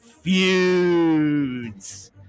feuds